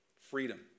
Freedom